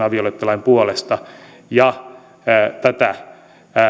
avioliittolain puolesta ja tätä